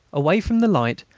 away from the light,